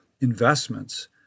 investments